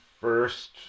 first